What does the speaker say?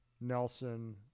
Nelson